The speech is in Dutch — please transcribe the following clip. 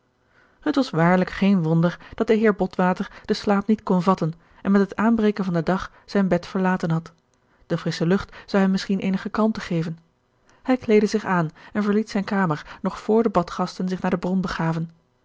het was waarlijk geen wonder dat de heer botwater gerard keller het testament van mevrouw de tonnette den slaap niet kon vatten en met het aanbreken van den dag zijn bed verlaten had de frissche lucht zou hem misschien eenige kalmte geven hij kleedde zich aan en verliet zijne kamer nog vr de badgasten zich naar de bron begaven